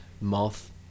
Moth